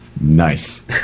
Nice